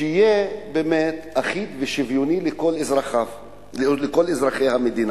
שיהיה באמת אחיד ושוויוני לכל אזרחי המדינה.